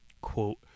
Quote